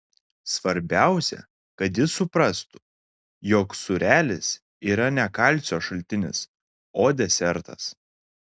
svarbiausia kad jis suprastų jog sūrelis yra ne kalcio šaltinis o desertas